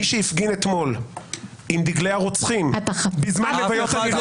מי שהפגין אתמול עם דגלי הרוצחים בזמן לוויות --- אף אחד לא הפגין